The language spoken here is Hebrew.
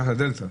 שייך לדלתא.